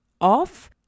off